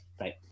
right